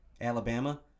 Alabama